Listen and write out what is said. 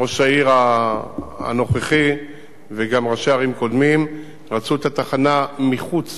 ראש העיר הנוכחי וגם ראשי ערים קודמים רצו את התחנה מחוץ